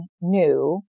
new